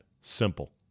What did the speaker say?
simple